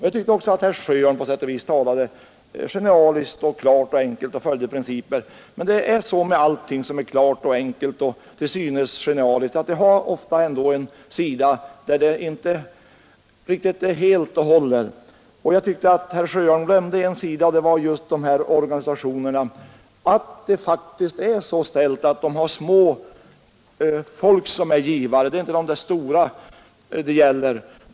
Jag tycker att herr Sjöholm på sätt och vis talade genialiskt, klart och enkelt och att han följde principer, men det är så med allting som är klart och enkelt och till synes genialiskt, att det ofta har en sida där det inte riktigt stämmer. Jag tyckte att herr Sjöholm glömde en sida beträffande just dessa organisationer, nämligen att det faktiskt är så ställt att de har småfolk som givare — det är inte de stora det gäller.